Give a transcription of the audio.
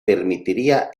permitiría